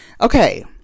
okay